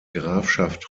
grafschaft